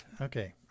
Okay